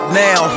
now